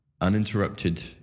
uninterrupted